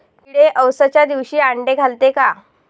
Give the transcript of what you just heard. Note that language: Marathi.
किडे अवसच्या दिवशी आंडे घालते का?